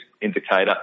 indicator